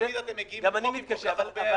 גם אני מתקשה.